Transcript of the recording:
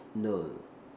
no